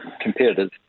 competitors